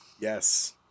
Yes